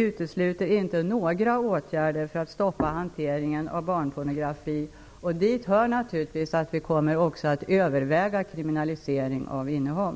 utesluter några åtgärder för att stoppa hanteringen av barnpornografi, och dit hör naturligtvis också att vi kommer att överväga kriminalisering av innehav.